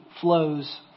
flows